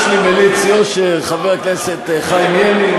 הנה יש לי מליץ יושר, חבר הכנסת חיים ילין.